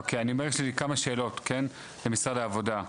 אוקי, אני אומר, יש לי כמה שאלות למשרד העבודה.